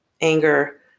anger